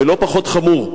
ולא פחות חמור,